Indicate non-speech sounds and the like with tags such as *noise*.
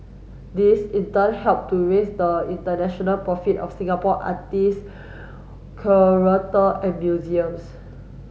this in turn help to raise the international profit of Singapore artist *unintelligible* and museums